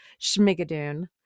Schmigadoon